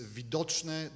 widoczne